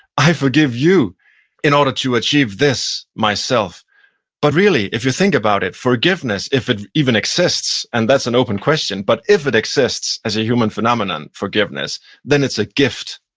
i forgive you in order to achieve this myself but really if you think about it, forgiveness, if it even exists, and that's an open question, but if it exists as a human phenomenon, then it's a gift.